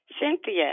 Cynthia